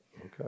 Okay